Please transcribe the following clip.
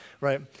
right